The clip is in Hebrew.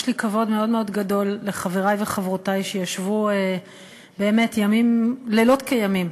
יש לי כבוד מאוד מאוד גדול לחברי וחברותי שישבו לילות כימים